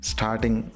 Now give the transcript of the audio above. Starting